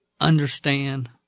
understand